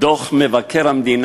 שר החינוך ישיב על הדברים.